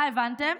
מה הבנתם?